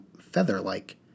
feather-like